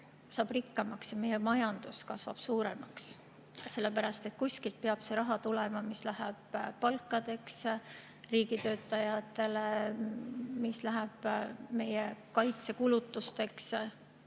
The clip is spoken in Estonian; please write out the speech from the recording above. saab rikkamaks ja meie majandus kasvab suuremaks. Kuskilt peab tulema see raha, mis läheb palkadeks riigitöötajatele, mis läheb meie kaitsekulutusteks.